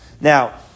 Now